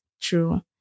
True